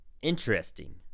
Interesting